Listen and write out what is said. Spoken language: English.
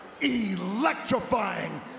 electrifying